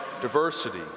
diversity